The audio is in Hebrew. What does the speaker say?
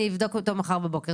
אני אבדוק אותו מחר בבוקר".